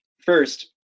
First